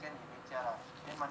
then ya lah